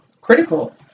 critical